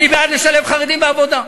אני בעד לשלב חרדים בעבודה.